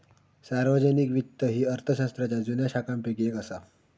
सार्वजनिक वित्त ही अर्थशास्त्राच्या जुन्या शाखांपैकी येक असा